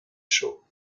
chauds